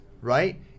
right